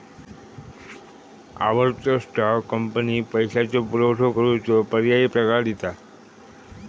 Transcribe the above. आवडतो स्टॉक, कंपनीक पैशाचो पुरवठो करूचो पर्यायी प्रकार दिता